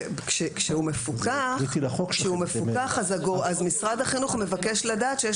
כשהוא מפוקח אז משרד החינוך מבקש לדעת שיש